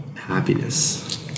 happiness